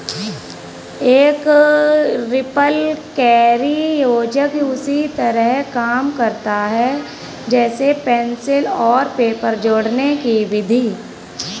एक रिपलकैरी योजक उसी तरह काम करता है जैसे पेंसिल और पेपर जोड़ने कि विधि